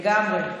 לגמרי.